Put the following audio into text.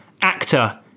actor